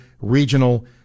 regional